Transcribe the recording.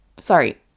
sorry